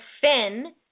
Finn